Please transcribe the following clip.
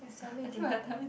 submit tonight